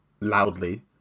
loudly